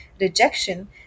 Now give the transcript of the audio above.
rejection